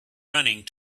running